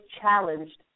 challenged